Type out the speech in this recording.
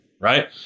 right